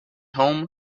home